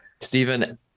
Stephen